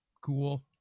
Cool